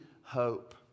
hope